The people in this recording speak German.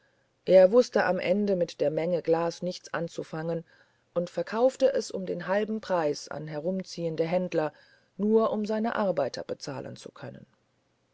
er wußte am ende mit der menge glas nichts anzufangen und verkaufte es um den halben preis an herumziehende händler nur um seine arbeiter bezahlen zu können